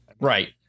right